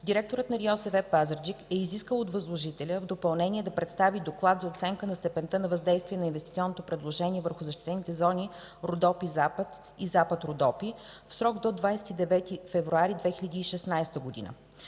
директорът на РИОСВ – Пазарджик, е изискал от възложителя в допълнение да представи Доклад за оценка на степента на въздействие на инвестиционното предложение върху защитените зони „Родопи Запад” и „Запад Родопи”, в срок до 29 февруари 2016 г.